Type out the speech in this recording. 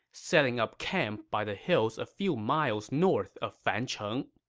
setting up camp by the hills a few miles north of fancheng.